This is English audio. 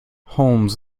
holmes